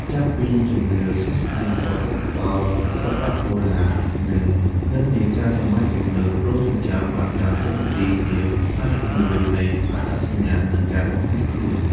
ចាប់ពីជំនឿសាសនា រហូតដល់សិល្បៈបុរាណ និងនិន្នាការសម័យទំនើប រោមចិញ្ចើមបានដើរតួនាទីជាផ្នែកមួយនៃអត្តសញ្ញាណ និងការបង្ហាញខ្លួន។